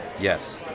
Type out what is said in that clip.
Yes